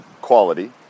quality